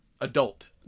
adult